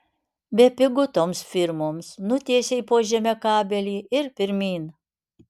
bepigu toms firmoms nutiesei po žeme kabelį ir pirmyn